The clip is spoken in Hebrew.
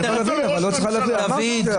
לא אצה לי הדרך, דוד,